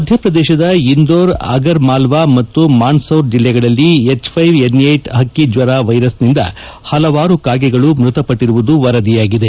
ಮಧ್ಯಪ್ರದೇಶದ ಇಂದೋರ್ ಅಗರ್ ಮಾಲ್ವ ಮತ್ತು ಮಾಂಡ್ಸೌರ್ ಜಿಲ್ಲೆಗಳಲ್ಲಿ ಎಚ್ ಹಕ್ಕಿಜ್ವರ ವೈರಸ್ನಿಂದ ಹಲವಾರು ಕಾಗೆಗಳು ಮೃತಪಟ್ಟಿರುವುದು ವರದಿಯಾಗಿದೆ